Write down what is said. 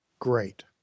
Great